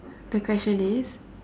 the question is